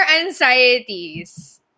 anxieties